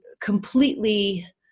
completely